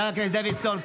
חבר הכנסת דוידסון,